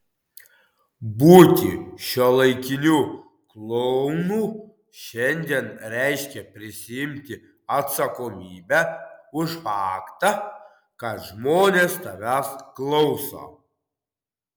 būti šiuolaikiniu klounu šiandien reiškia prisiimti atsakomybę už faktą kad žmonės tavęs klauso